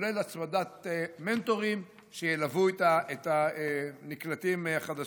כולל הצמדת מנטורים שילוו את הנקלטים החדשים.